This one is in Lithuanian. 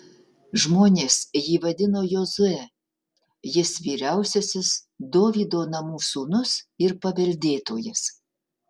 žmonės jį vadino jozue jis vyriausiasis dovydo namų sūnus ir paveldėtojas